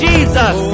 Jesus